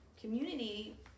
community